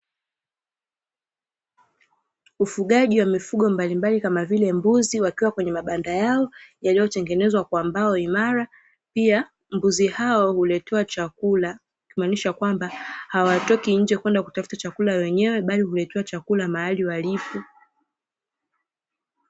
Ufugaji wa mifugo mbalimbali kama vile mbuzi wakiwa kwenye mabanda yao, yaliyotengenezwa kwa mbao imara, pia mbuzi hao huletewa chakula, ikimaanisha kwamba hawatoki nje kwenda kutafuta chakula wenyewe, bali huletewa chakula mahali walipo.